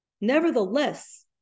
nevertheless